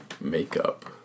makeup